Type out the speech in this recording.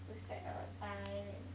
to set a time and